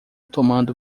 tomando